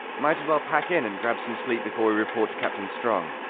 might as well pack in and grab some sleep before we report to captain strong,